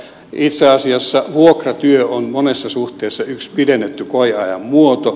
itse asiassa vuokratyö on monessa suhteessa yksi pidennetty koeajan muoto